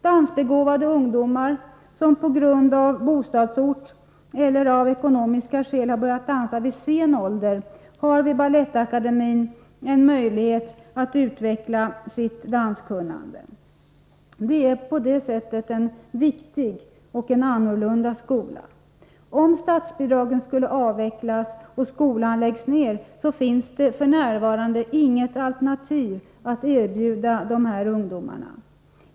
Dansbegåvade ungdomar som på grund av bostadsort eller av ekonomiska skäl har börjat dansa vid sen ålder har vid Balettakademien en möjlighet att utveckla sitt danskunnande. Det är på det sättet en viktig och annorlunda skola. Om statsbidragen skulle avvecklas och skolan läggs ner, finns det f.n. inget alternativ att erbjuda dessa ungdomar.